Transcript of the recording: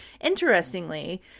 Interestingly